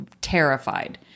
terrified